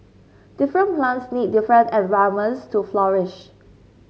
different plants need different environments to flourish